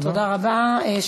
תודה רבה.